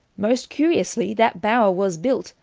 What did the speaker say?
most curiously that bower was built,